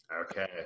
Okay